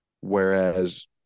Whereas